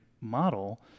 model